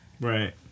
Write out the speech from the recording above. right